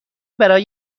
برای